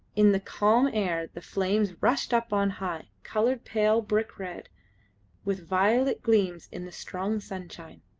in the calm air the flames rushed up on high, coloured pale brick-red, with violet gleams in the strong sunshine.